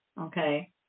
okay